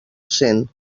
cent